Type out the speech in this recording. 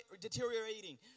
deteriorating